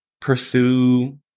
pursue